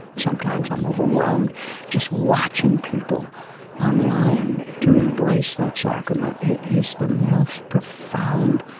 sometimes i'm overwhelmed just watching people on line to embrace that sacrament. it is the most profound